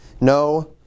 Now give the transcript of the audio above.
no